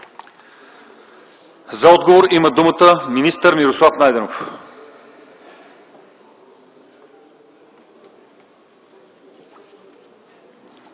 За отговор има думата министър Мирослав Найденов.